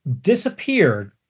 disappeared